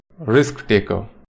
Risk-Taker